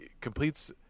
completes